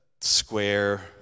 square